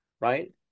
right